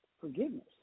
forgiveness